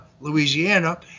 Louisiana